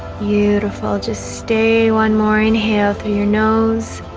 yeah beautiful just stay one more inhale through your nose